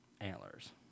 antlers